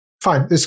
fine